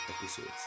episodes